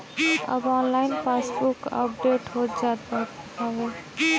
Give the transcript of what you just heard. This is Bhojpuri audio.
अब ऑनलाइन पासबुक अपडेट हो जात हवे